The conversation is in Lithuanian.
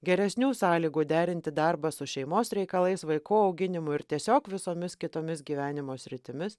geresnių sąlygų derinti darbą su šeimos reikalais vaikų auginimu ir tiesiog visomis kitomis gyvenimo sritimis